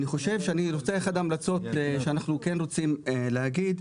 אני חושב שאחת ההמלצות שאנחנו כן רוצים להגיד,